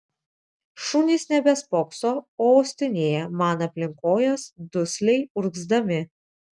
šunys nebespokso o uostinėja man aplink kojas dusliai urgzdami